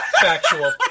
factual